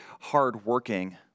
hardworking